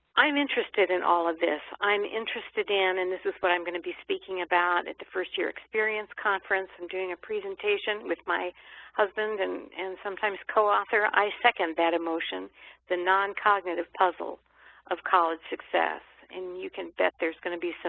i'm interested in all of this. i'm interested in and this is what i'm going to be speaking about and first-year experience conference. i'm doing a presentation with my husband and and sometimes coauthor, i second that emotion the non-cognitive puzzle of college success and you can bet there's going to be so